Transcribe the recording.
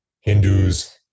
Hindus